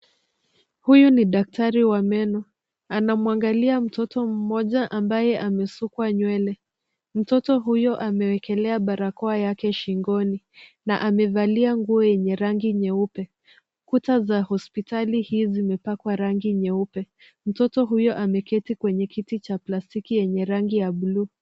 Huyu ni daktari wa meno anamwangalia mtoto mmoja ambaye amesukwa nywele, mtoto huyo amewekelea barakoa yake shingoni na amevalia nguo yenye rangi nyeupe. Kuta za hospitali hii zimepakwa rangi nyeupe. Mtoto huyo ameketi kwenye kiti cha plastiki yenye rangi ya bluu .